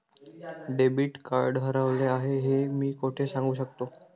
Debit card हरवले आहे हे मी कोठे सांगू शकतो?